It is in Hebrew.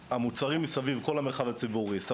יועצי בטיחות ומכון התקנים מתייחסים,